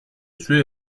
sue